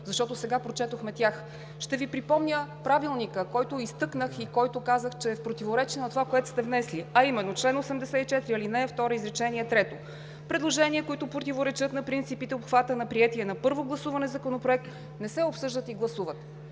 защото сега прочетохме тях. Ще Ви припомня Правилника, който изтъкнах и който казах, че е в противоречие на това, което сте внесли, а именно чл. 84, ал. 2, изречение трето „Предложения, които противоречат на принципите и обхвата на приетия на първо гласуване Законопроект, не се обсъждат и гласуват“.